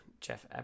Jeff